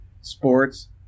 sports